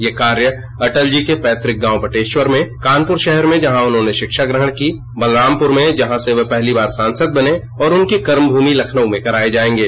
ये कार्य अटल जी के पैतृक गांव बटेश्वर में कानपुर शहर में जहां उन्होंने शिक्षा ग्रहण की बलरामपुर जहां से वह पहली बार सांसद बने और उनकी कर्मभूमि लखनऊ में कराये जायेंगे